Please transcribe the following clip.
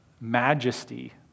majesty